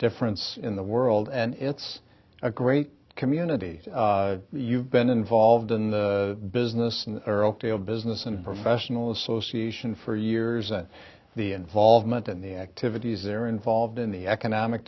difference in the world and it's a great community you've been involved in the business and are ok of business and professional association for years and the involvement in the activities they're involved in the economic